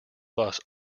bus